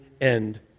end